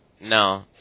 No